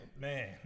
man